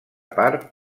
part